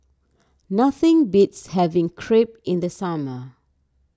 nothing beats having Crepe in the summer